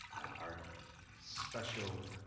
our special